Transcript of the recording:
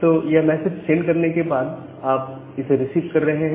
तो यह message send करने के बाद आप इसे रिसीव कर रहे हैं